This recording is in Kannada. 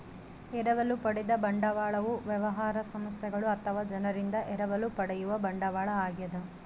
ಎರವಲು ಪಡೆದ ಬಂಡವಾಳವು ವ್ಯವಹಾರ ಸಂಸ್ಥೆಗಳು ಅಥವಾ ಜನರಿಂದ ಎರವಲು ಪಡೆಯುವ ಬಂಡವಾಳ ಆಗ್ಯದ